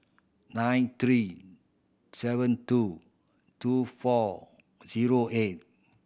nine three seven two two four zero eight